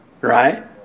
right